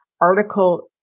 article